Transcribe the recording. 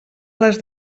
les